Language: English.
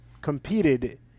competed